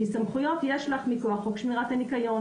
כי סמכויות יש לך מכוח חוק שמירת הניקיון,